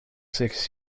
six